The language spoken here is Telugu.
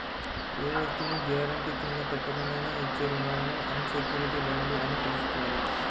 ఏ వస్తువును గ్యారెంటీ కింద పెట్టకుండానే ఇచ్చే రుణాలను అన్ సెక్యుర్డ్ లోన్లు అని పిలుస్తారు